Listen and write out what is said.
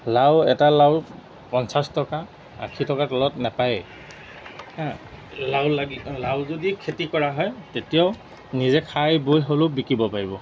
লাও এটা লাও পঞ্চাছ টকা আশী টকাৰ তলত নেপায়েই লাও লাগি লাও যদি খেতি কৰা হয় তেতিয়াও নিজে খাই বৈ হ'লেও বিকিব পাৰিব